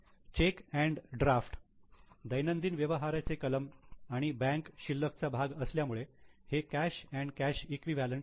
check आणि draft दैनंदिन व्यवहाराचे कलम आणि बँक शिल्लकचा भाग असल्यामुळे हे कॅश अंड कॅश इक्विवलेंट आहेत